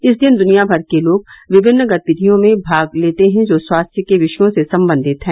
इस दिन दुनियाभर के लोग विभिन्न गतिविधियों में भाग लेते हैं जो स्वास्थ्य के विषयों से संबंधित हैं